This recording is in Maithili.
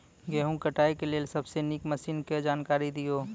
गेहूँ कटाई के लेल सबसे नीक मसीनऽक जानकारी दियो?